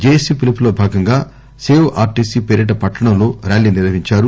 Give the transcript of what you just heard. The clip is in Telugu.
జెఎసి పిలుపులో బాగంగా సవ్ ఆర్టీసీ పేరిట పట్టణం లో ర్యాలీ నిర్వహించారు